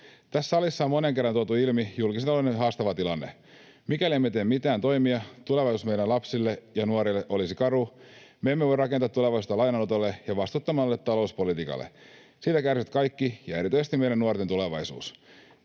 Tässä salissa on moneen kertaan tuotu ilmi julkisen talouden haastava tilanne. Mikäli emme tekisi mitään toimia, tulevaisuus meidän lapsillemme ja nuorillemme olisi karu. Me emme voi rakentaa tulevaisuutta lainanotolle ja vastuuttomalle talouspolitiikalle. Siitä kärsivät kaikki ja erityisesti meidän nuortemme tulevaisuus.